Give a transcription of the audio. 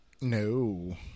No